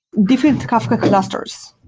different kafka clusters.